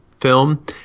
film